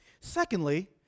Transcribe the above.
Secondly